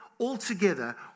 altogether